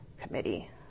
committee